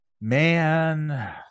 Man